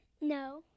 No